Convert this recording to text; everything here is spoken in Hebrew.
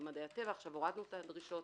ממדעי הטבע עכשיו הורדנו את הדרישות